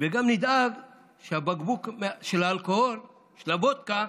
וגם נדאג שהבקבוק של האלכוהול, של הוודקה,